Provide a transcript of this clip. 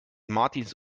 martins